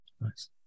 Nice